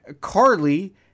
Carly